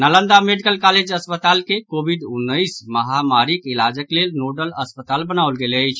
Nalanda medical college अस्पताल के Covid उन्नैस महामारीक इलाजक लेल नोडल अस्पताल बनाओल गेल अछि